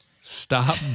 Stop